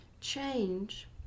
change